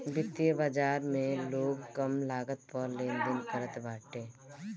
वित्तीय बाजार में लोग कम लागत पअ लेनदेन करत बाटे